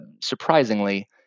surprisingly